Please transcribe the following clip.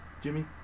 Jimmy